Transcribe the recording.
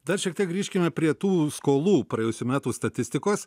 dar šiek tiek grįžkime prie tų skolų praėjusių metų statistikos